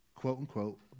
quote-unquote